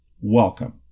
Welcome